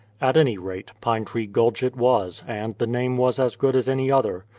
at any rate, pine tree gulch it was, and the name was as good as any other.